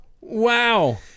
wow